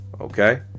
okay